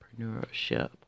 entrepreneurship